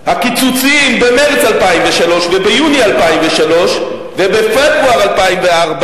הקיצוצים במרס 2003 וביוני 2003 ובפברואר 2004,